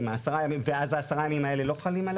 אז ה-10 ימים האלה לא חלים?